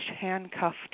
handcuffed